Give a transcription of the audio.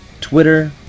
Twitter